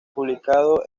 publicado